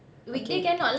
okay